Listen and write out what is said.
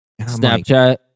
snapchat